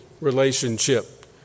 relationship